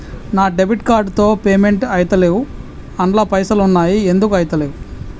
నా debit card తో payment ఐతలేవ్ అండ్ల పైసల్ ఉన్నయి ఎందుకు ఐతలేవ్?